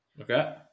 Okay